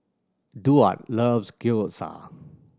Duard loves Gyoza